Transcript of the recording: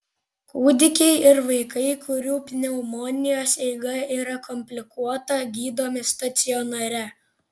kūdikiai ir vaikai kurių pneumonijos eiga yra komplikuota gydomi stacionare